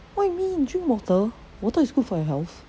what you mean drink water water is good for your health